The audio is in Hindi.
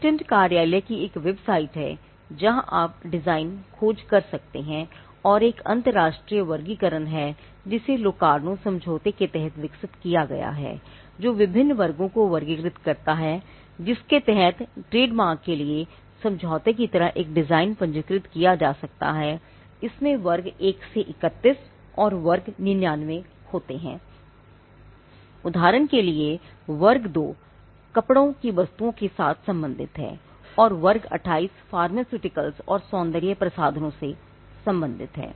पेटेंट कार्यालय की एक वेबसाइट है जहां आप डिज़ाइन खोज कर सकते हैं और एक अंतरराष्ट्रीय वर्गीकरण है जिसे लोकार्नो और सौंदर्य प्रसाधनों से संबंधित है